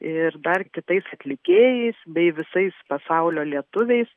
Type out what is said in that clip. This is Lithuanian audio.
ir dar kitais atlikėjais bei visais pasaulio lietuviais